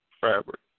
fabric